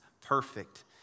perfect